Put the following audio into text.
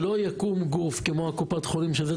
שלא יקום גוף כמו קופת חולים כאשר אלה